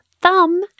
thumb